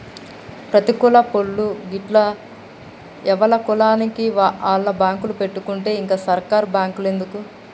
ప్రతి కులపోళ్లూ గిట్ల ఎవల కులానికి ఆళ్ల బాంకులు పెట్టుకుంటే ఇంక సర్కారు బాంకులెందుకు